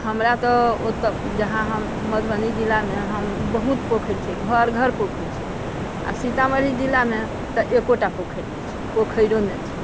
हमरा त ओतए जहाँ हम मधुबनी जिला मे हम बहुत पोखरि छै घर घर पोखरि छै आ सीतामढ़ी जिला मे तऽ एकोटा पोखरि नहि छै पोखरि नहि छै